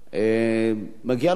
מגיע לו יותר תגמול.